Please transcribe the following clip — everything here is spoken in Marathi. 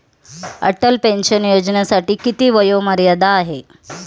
अटल पेन्शन योजनेसाठी किती वयोमर्यादा आहे?